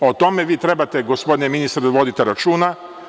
O tome vi trebate, gospodine ministre, da vodite računa.